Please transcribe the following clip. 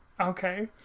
Okay